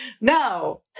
No